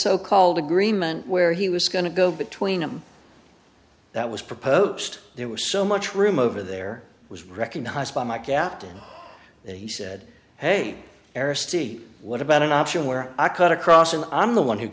so called agreement where he was going to go between him that was proposed there was so much room over there was recognized by my captain that he said hey eric steve what about an option where i cut across and i'm the one who